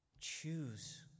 choose